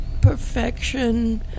perfection